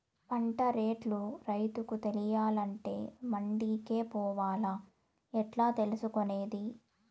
పంట రేట్లు రైతుకు తెలియాలంటే మండి కే పోవాలా? ఎట్లా తెలుసుకొనేది?